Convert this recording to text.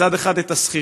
מצד אחד השכירים,